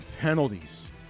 penalties